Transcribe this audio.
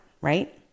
right